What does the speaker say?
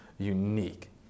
unique